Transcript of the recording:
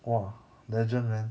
!wah! legend man